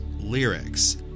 Lyrics